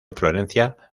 florencia